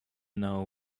know